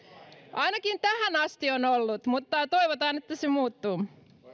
ainakin tähän asti on ollut mutta toivotaan että se muuttuu